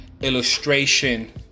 illustration